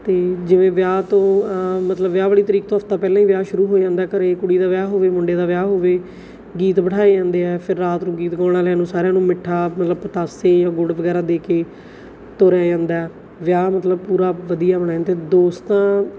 ਅਤੇ ਜਿਵੇਂ ਵਿਆਹ ਤੋਂ ਮਤਲਬ ਵਿਆਹ ਵਾਲੀ ਤਰੀਕ ਤੋਂ ਹਫਤਾ ਪਹਿਲਾਂ ਹੀ ਵਿਆਹ ਸ਼ੁਰੂ ਹੋ ਜਾਂਦਾ ਘਰੇ ਕੁੜੀ ਦਾ ਵਿਆਹ ਹੋਵੇ ਮੁੰਡੇ ਦਾ ਵਿਆਹ ਹੋਵੇ ਗੀਤ ਬਿਠਾਏ ਜਾਂਦੇ ਆ ਫਿਰ ਰਾਤ ਨੂੰ ਗੀਤ ਗਾਉਣ ਵਾਲਿਆਂ ਨੂੰ ਸਾਰਿਆਂ ਨੂੰ ਮਿੱਠਾ ਮਤਲਬ ਪਤਾਸੇ ਜਾਂ ਗੁੜ ਵਗੈਰਾ ਦੇ ਕੇ ਤੋਰਿਆ ਜਾਂਦਾ ਵਿਆਹ ਮਤਲਬ ਪੂਰਾ ਵਧੀਆ ਬਣ ਜਾਂਦਾ ਅਤੇ ਦੋਸਤਾਂ